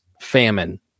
famine